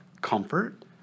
comfort